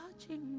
touching